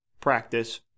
practice